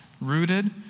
Rooted